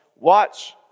watch